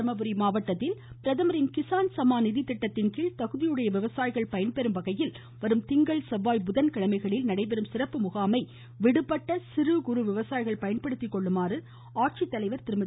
தர்மபுரி மாவட்டத்தில் பிரதமரின் கிசான் சம்மான் நிதி திட்டத்தின்கீழ் தகுதியுடைய விவசாயிகள் பயன்பெறும் வகையில் வரும் திங்கள் செவ்வாய் புதன்கிழமைகளில் நடைபெறும் சிறப்பு முகாமை விடுபட்டுள்ள சிறு குறு விவசாயிகள் பயன்படுத்தி கொள்ளுமாறு ஆட்சித்தலைவர் திருமதி